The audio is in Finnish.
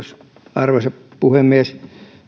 arvoisa puhemies